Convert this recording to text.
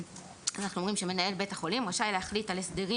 אנחנו אומרים שמנהל בית החולים רשאי להחליט על הסדרים